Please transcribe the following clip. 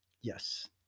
Yes